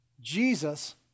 Jesus